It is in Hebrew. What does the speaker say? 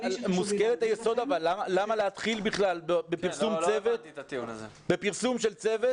מושכלת יסוד למה להתחיל בכלל בפרסום של צוות